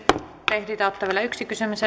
ehditään ottaa vielä yksi kysymys